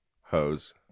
Hose